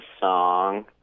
song